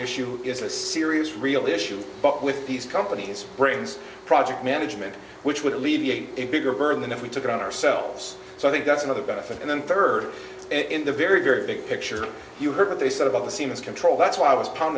issue is a serious real issue but with these companies brings project management which would alleviate a bigger burden than if we took it on ourselves so i think that's another benefit and then third in the very very big picture you heard what they said about the siemens control that's why i was